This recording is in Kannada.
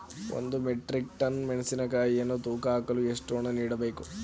ಒಂದು ಮೆಟ್ರಿಕ್ ಟನ್ ಮೆಣಸಿನಕಾಯಿಯನ್ನು ತೂಕ ಹಾಕಲು ಎಷ್ಟು ಹಣ ನೀಡಬೇಕು?